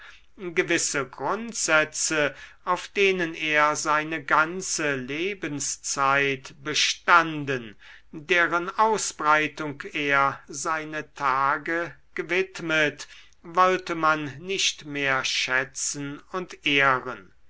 gewisse grundsätze auf denen er seine ganze lebenszeit bestanden deren ausbreitung er seine tage gewidmet wollte man nicht mehr schätzen und ehren